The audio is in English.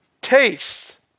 Taste